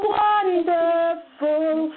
wonderful